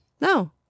No